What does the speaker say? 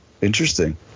interesting